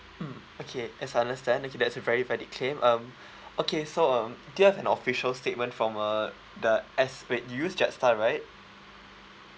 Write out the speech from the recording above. mm okay yes I understand okay that's a very valid claim um okay so um do you have an official statement from uh the S wait you use jetstar right